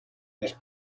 les